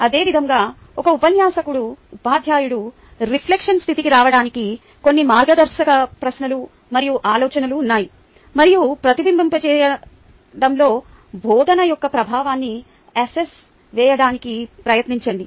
అదేవిధంగా ఒక ఉపాధ్యాయుడు రిఫ్లెక్షన్ స్థితికి రావడానికి కొన్ని మార్గదర్శక ప్రశ్నలు మరియు ఆలోచనలు ఉన్నాయి మరియు ప్రతిబింబించే సమయంలో బోధన యొక్క ప్రభావాన్ని అసెస్ వేయడానికి ప్రయత్నించండి